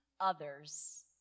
others